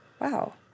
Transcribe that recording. wow